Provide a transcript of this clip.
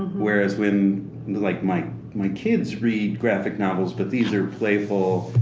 whereas when like my my kids read graphic novels, but these are playful